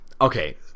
okay